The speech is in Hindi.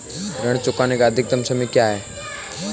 ऋण चुकाने का अधिकतम समय क्या है?